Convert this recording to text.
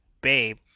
Babe